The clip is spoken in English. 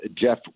Jeff